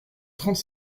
trente